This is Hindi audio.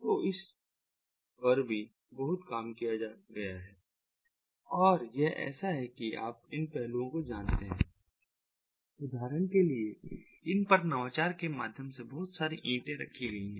तो इस पर भी बहुत काम किया गया है और यह ऐसा है जैसे आप इन पहलुओं को जानते हैं उदाहरण के लिए इन पर नवाचार के माध्यम से बहुत सारी ईंटें रखी गई हैं